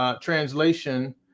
translation